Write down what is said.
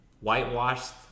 whitewashed